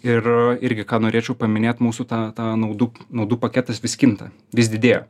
ir irgi ką norėčiau paminėt mūsų ta ta naudų naudų paketas vis kinta vis didėja